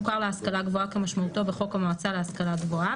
מוכר להשכלה גבוה כשמשמעותו בחוק המועצה להשכלה גבוהה,